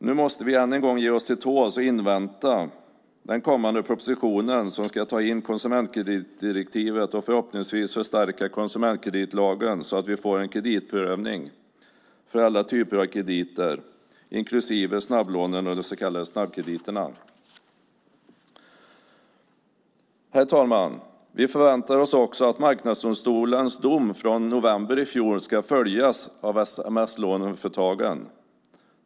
Nu måste vi än en gång ge oss till tåls och invänta den kommande propositionen som ska ta in konsumentkreditdirektivet och förhoppningsvis förstärka konsumentkreditlagen så att vi får en kreditprövning för alla typer av krediter, inklusive snabblånen och de så kallade snabbkrediterna. Herr talman! Vi förväntar oss också att Marknadsdomstolens dom från november i fjol ska följas av sms-låneföretagen.